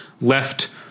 left